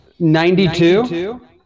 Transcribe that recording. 92